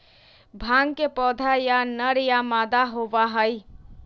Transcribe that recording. भांग के पौधा या नर या मादा होबा हई